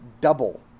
double